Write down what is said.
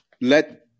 let